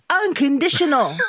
unconditional